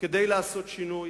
כדי לעשות שינוי,